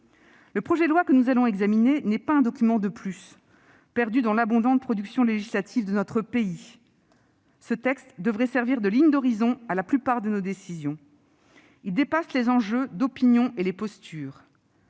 Le projet de loi que nous allons examiner n'est pas un document de plus, perdu dans l'abondante production législative de notre pays. Ce texte devrait servir de ligne d'horizon à la plupart de nos décisions. Il dépasse les enjeux d'opinion et les postures.